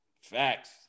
Facts